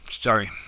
sorry